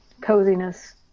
coziness